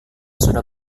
sudah